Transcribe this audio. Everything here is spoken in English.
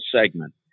segment